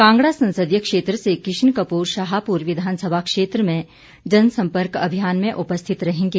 कांगड़ा संसदीय क्षेत्र से किशन कपूर शाहपुर विधानसभा क्षेत्र में जनसंपर्क अभियान में उपस्थित रहेंगे